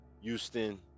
Houston